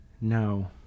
No